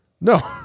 no